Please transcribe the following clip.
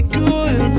good